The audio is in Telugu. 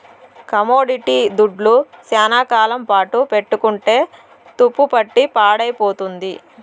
కమోడిటీ దుడ్లు శ్యానా కాలం పాటు పెట్టుకుంటే తుప్పుపట్టి పాడైపోతుంది